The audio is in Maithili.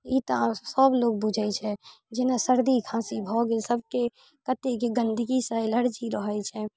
ई तऽ सब लोग बुझै छै जेना सर्दी खाँसी भऽ गेल सबके कतेके गन्दगीसँ एलर्जी रहै छै